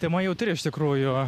tema jautri iš tikrųjų